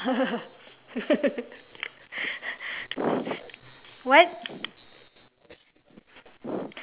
what